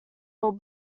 all